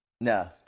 No